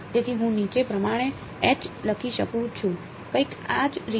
તેથી હું નીચે પ્રમાણે લખી શકું છું કઈક આ જ રીતે